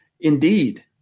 Indeed